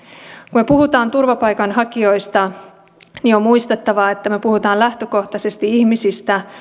kun me puhumme turvapaikanhakijoista niin on muistettava että me puhumme lähtökohtaisesti ihmisistä